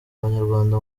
abanyarwanda